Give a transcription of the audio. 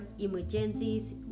emergencies